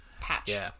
patch